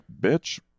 bitch